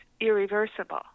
irreversible